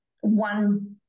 one